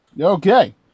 Okay